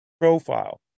profile